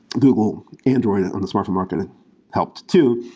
google android on the smartphone market helped too.